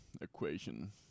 equation